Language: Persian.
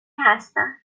هستم